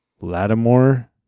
Lattimore